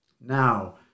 now